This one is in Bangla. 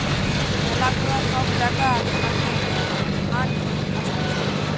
ম্যালা গুলা সব জাগা থাকে ফান্ড আসতিছে